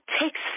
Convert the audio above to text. takes